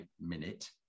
minute